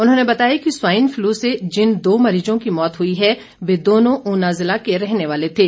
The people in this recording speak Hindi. उन्होंने बताया कि स्वाइल फ़लू से जिन दो मरीजों की मौत हुई है वे दोनों ऊना जिला के रहने वाले थे